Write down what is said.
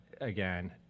again